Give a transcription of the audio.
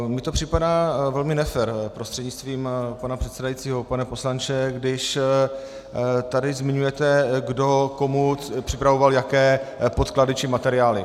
Mně to připadá velmi nefér, prostřednictvím pana předsedajícího pane poslanče, když tady zmiňujete, kdo komu připravoval jaké podklady či materiály.